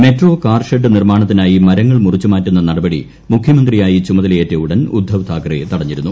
metro car shed നിർമ്മാണത്തിനായി മരങ്ങൾ മുറിച്ചുക്ക്കുന്ന് നടപടി മുഖ്യമന്ത്രിയായി ചുമതലയേറ്റ ഉടൻ ഉദ്ദവ് താക്കറെ ത്രടഞ്ഞിരുന്നു